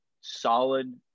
solid